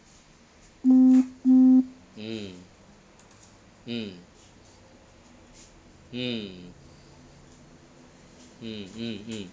mm hmm mm hmm mm mm